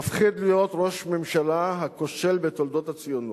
מפחיד להיות ראש הממשלה הכושל בתולדות הציונות.